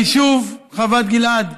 היישוב חוות גלעד,